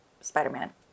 Spider-Man